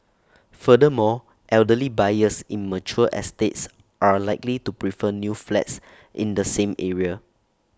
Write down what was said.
furthermore elderly buyers in mature estates are likely to prefer new flats in the same area